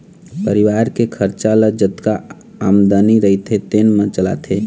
परिवार के खरचा ल जतका आमदनी रहिथे तेने म चलाथे